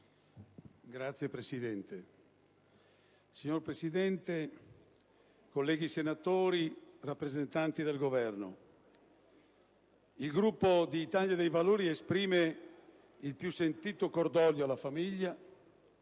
TONI *(IdV)*. Signor Presidente, colleghi senatori, rappresentanti del Governo, il Gruppo Italia dei Valori esprime il più sentito cordoglio alla famiglia